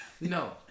No